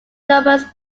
numerous